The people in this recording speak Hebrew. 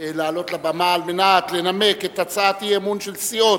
לעלות לבמה על מנת לנמק את הצעת האי-אמון של סיעות,